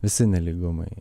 visi nelygumai